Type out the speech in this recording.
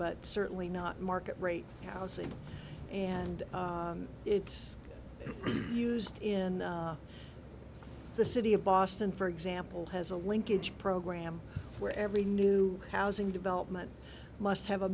but certainly not market rate housing and it's used in the city of boston for example has a linkage program where every new housing development must have a